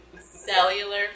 Cellular